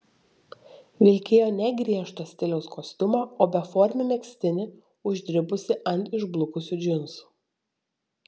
vilkėjo ne griežto stiliaus kostiumą o beformį megztinį uždribusį ant išblukusių džinsų